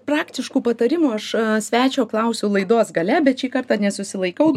praktiškų patarimų aš svečio klausiu laidos gale bet šį kartą nesusilaikau